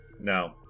No